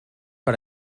per